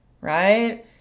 Right